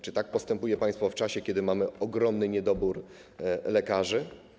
Czy tak postępuje państwo w czasie, kiedy mamy ogromny niedobór lekarzy?